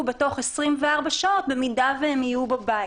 בתוך 24 שעות במידה שהם יהיו בבית?